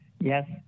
Yes